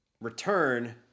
return